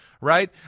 right